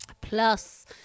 plus